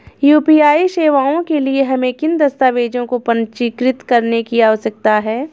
UPI सेवाओं के लिए हमें किन दस्तावेज़ों को पंजीकृत करने की आवश्यकता है?